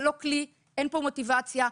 זה לא כלי ואין כאן מוטיבציה.